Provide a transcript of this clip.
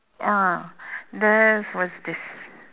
ah there's what's this